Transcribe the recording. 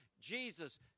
Jesus